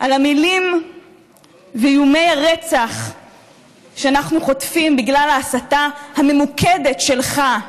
על המילים ואיומי הרצח שאנחנו חוטפים בגלל ההסתה הממוקדת שלך.